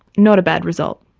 not a bad result.